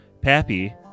Pappy